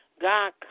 God